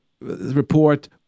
report